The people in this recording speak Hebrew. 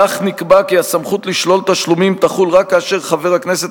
כך נקבע כי הסמכות לשלול תשלומים תחול רק כאשר חבר הכנסת